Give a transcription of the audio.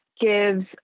gives